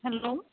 hello